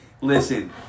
listen